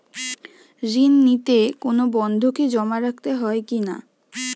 ঋণ নিতে কোনো বন্ধকি জমা রাখতে হয় কিনা?